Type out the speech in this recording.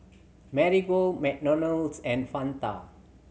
Marigold McDonald's and Fanta